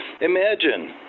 Imagine